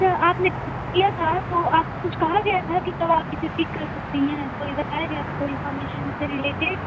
اچھا آپ نے کیا تھا تو آپ کو کچھ کہا گیا تھا کہ کب آپ اسے پک کر سکتی ہیں کوئی بتایا گیا تھا کوئی انفارمیشن اس سے ریلیٹیڈ